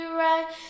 right